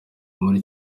muri